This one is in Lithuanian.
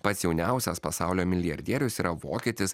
pats jauniausias pasaulio milijardierius yra vokietis